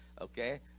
Okay